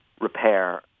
repair